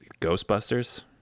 ghostbusters